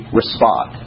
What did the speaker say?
respond